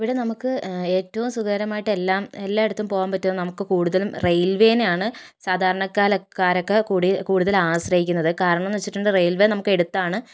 ഇവിടെ നമുക്ക് ഏറ്റവും സുഖകരമായിട്ട് എല്ലാം എല്ലായിടത്തും പോകാൻ പറ്റുന്ന നമുക്ക് കൂടുതലും റെയിൽ വേനെയാണ് സാധാരണക്കാരൊക്കെ കൂടുതൽ ആശ്രയിക്കുന്നത് കാരണം എന്ന് വെച്ചിട്ടുണ്ടെങ്കിൽ റെയിൽ വേ നമുക്കടുത്താണ്